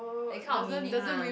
that kind of meaning lah